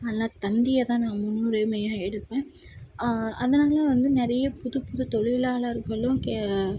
அதெல்லாம் தந்தியை தான் நான் முன்னுரிமையாக எடுப்பேன் அதனால் வந்து நிறைய புதுப்புது தொழிலாளர்களும்